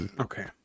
Okay